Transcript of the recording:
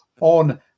on